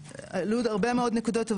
העלו עוד הרבה מאוד נקודות,